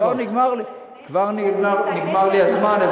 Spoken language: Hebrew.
מה, כבר נגמר לי הזמן?